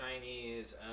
Chinese